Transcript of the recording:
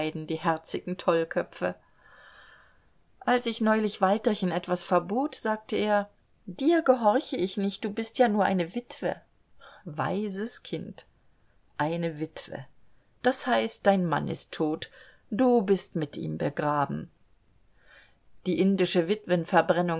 die herzigen tollköpfe als ich neulich walterchen etwas verbot sagte er dir gehorche ich nicht du bist ja nur eine witwe weises kind eine witwe das heißt dein mann ist tot du bist mit ihm begraben die indische